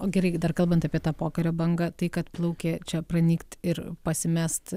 o gerai dar kalbant apie tą pokario bangą tai kad plaukė čia pranykt ir pasimest